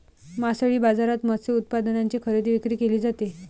मासळी बाजारात मत्स्य उत्पादनांची खरेदी विक्री केली जाते